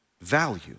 value